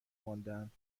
ماندهاند